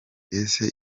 ese